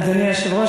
אדוני היושב-ראש,